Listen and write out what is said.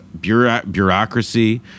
bureaucracy